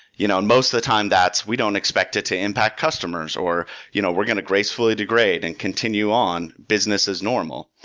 you know and most of the time, we don't expect it to impact customers, or you know we're going to gracefully degrade and continue on. business is normal.